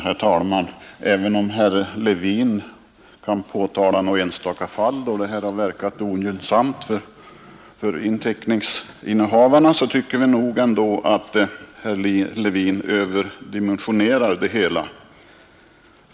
Herr talman! Även om herr Levin kan påvisa något enstaka fall då anställningsskyddet har verkat ogynnsamt för inteckningshavare, så tycker vi att herr Levin överdimensionerar problemet.